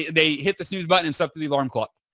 they hit the snooze button and stopped the the alarm clock.